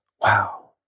Wow